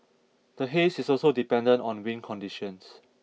the haze is also dependent on wind conditions